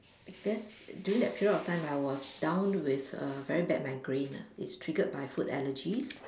during that period of time I was down with a very bad migraine ah it's triggered by food allergies